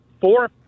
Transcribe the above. four